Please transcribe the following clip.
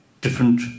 different